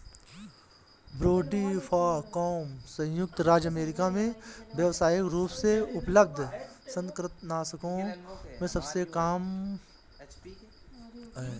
brodifacoum संयुक्त राज्य America में व्यावसायिक रूप से उपलब्ध कृंतकनाशकों में सबसे आम है